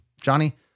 Johnny